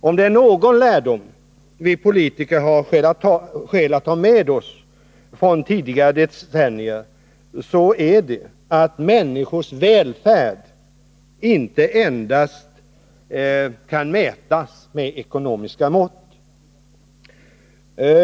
Om det är någon lärdom som vi politiker har skäl att ta med oss från tidigare decennier, så är det att människors välfärd inte endast är vad som kan mätas med ekonomiska mått.